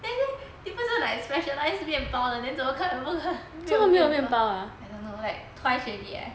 then people 就 like specialise 面包的 then 怎么可能 I don't know like twice already eh